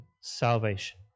salvation